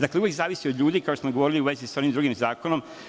Dakle, uvek zavisi od ljudi kao što smo govorili u vezi sa onim drugim zakonom.